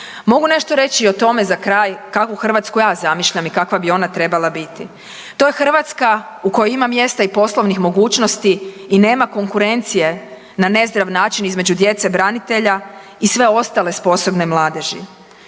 Mogu nešto reći i o tome za kraj kakvu Hrvatsku ja zamišljam i kakva bi ona trebala biti. To je Hrvatska u kojoj ima mjesta i poslovnih mogućnosti i nema konkurencije na nezdrav način između djece branitelja i sve ostale sposobne mladeži.